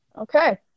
Okay